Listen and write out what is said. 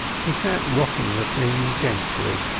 she sat rocking the thing gently,